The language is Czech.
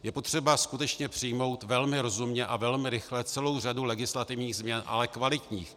Je potřeba skutečně přijmout velmi rozumně a velmi rychle celou řadu legislativních změn, ale kvalitních.